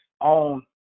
on